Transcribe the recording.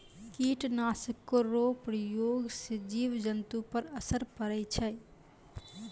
कीट नाशक रो प्रयोग से जिव जन्तु पर असर पड़ै छै